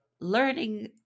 learning